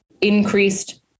increased